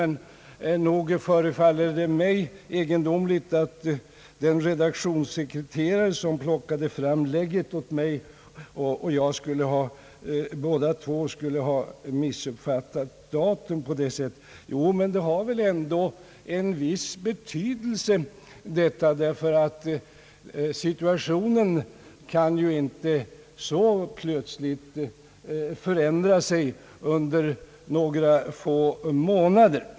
Nog förefaller det mig egendomligt att både den redaktionssekreterare, som plockade fram lägget åt mig, och jag skulle ha missuppfattat datum på detta sätt. Naturligtvis har det väl ändå en viss betydelse, därför att situationen kan inte så plötsligt förändra sig under några få månader.